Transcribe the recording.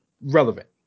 relevant